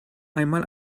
einmal